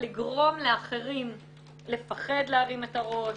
לגרום לאחרים לפחד להרים את הראש,